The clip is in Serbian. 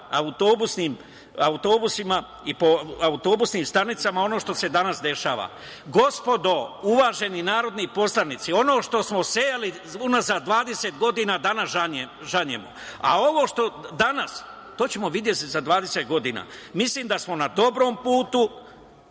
autobusima i po autobuskim stanicama ono što se danas dešava. Gospodo, uvaženi narodni poslanici, ono što smo sejali unazad 20 godina danas žanjemo, a ovo što je danas, to ćemo videti za 20 godina. Mislim da smo na dobrom putu